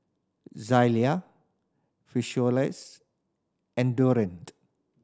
Zalia and Durex